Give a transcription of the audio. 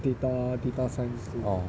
oh